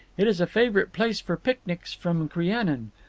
it is a favourite place for picnics from crianan.